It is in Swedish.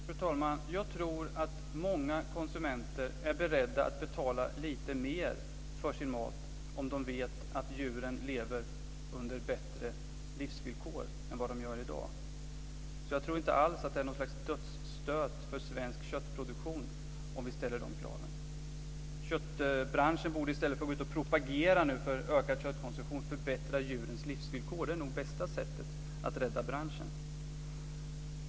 Fru talman! Jag tror att många konsumenter är beredda att betala lite mer för sin mat om de vet att djuren lever under bättre villkor än vad de gör i dag. Jag tror inte alls att det är någon dödsstöt för svensk köttproduktion om vi ställer de kraven. Köttbranschen borde i stället för att propagera för ökad köttkonsumtion förbättra djurens livsvillkor. Det är nog det bästa sättet att rädda branschen.